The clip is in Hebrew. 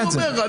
אני אומר.